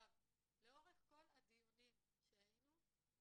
לאורך כל הדיונים שהיינו,